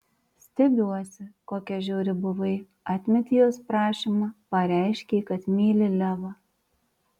stebiuosi kokia žiauri buvai atmetei jos prašymą pareiškei kad myli levą